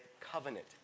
covenant